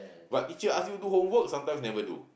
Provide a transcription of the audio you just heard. but teacher ask you do homework sometimes never do